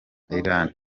iran